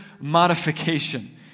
modification